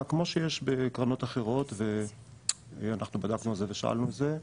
כמו שיש בקרנות אחרות ואנחנו בדקנו על זה ושאלנו על זה.